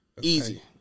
Easy